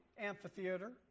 amphitheater